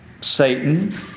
Satan